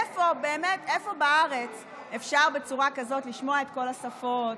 איפה בארץ אפשר בצורה כזאת לשמוע את כל השפות,